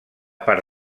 part